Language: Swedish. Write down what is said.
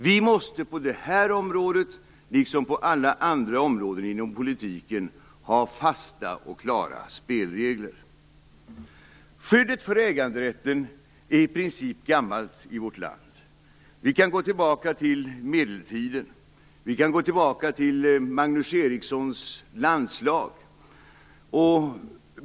Vi måste på detta område, liksom på alla andra områden inom politiken, ha fasta och klara spelregler. Skyddet för äganderätten är i princip gammalt i vårt land. Vi kan gå tillbaka till medeltiden, och vi kan gå tillbaka till Magnus Erikssons landslag.